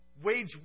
Wage